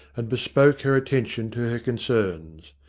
and bespoke her attention to her concerns.